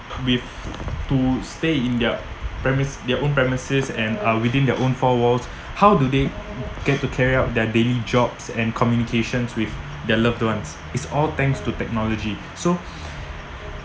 with to stay in their premise their own premises and uh within their own four walls how do they get to carry out their daily jobs and communications with their loved ones it's all thanks to technology so